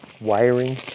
wiring